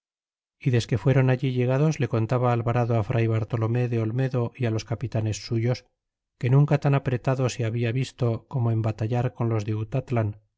y desque fueron allí llegados le contaba alvarado fray bartolomé de olmedo y los capitanes suyos que nunca tan apretado se habia visto como en batallar con los de